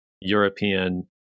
European